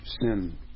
sin